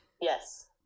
Yes